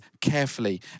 carefully